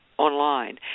online